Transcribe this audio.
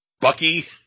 Bucky